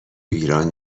ایران